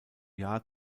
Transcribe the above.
jahr